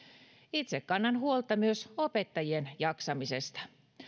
itse kannan huolta myös opettajien jaksamisesta